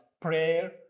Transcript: prayer